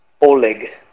Oleg